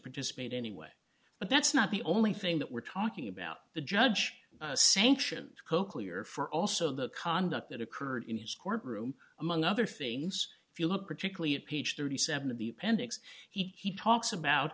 participate anyway but that's not the only thing that we're talking about the judge sanction coakley or for also the conduct that occurred in his courtroom among other things if you look particularly at page thirty seven of the appendix he talks about